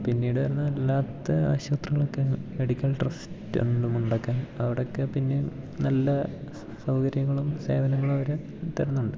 പിന്നീട് വരുന്ന അല്ലാത്ത ആശുപത്രികളൊക്കെ മെഡിക്കൽ ട്രസ്റ്റ് അവിടൊക്കെ പിന്നെയും നല്ല സൗകര്യങ്ങളും സേവനങ്ങളും അവർ തരുന്നുണ്ട്